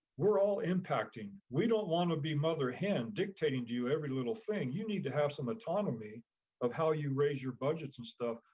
we're all impacting, we don't want to be mother hen dictating to you every little thing. you need to have some autonomy of how you raise your budgets and stuff.